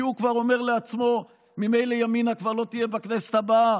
כי הוא כבר אומר לעצמו: ממילא ימינה כבר לא תהיה בכנסת הבאה,